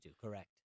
Correct